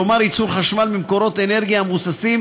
כלומר ייצור חשמל ממקורות אנרגיה המבוססים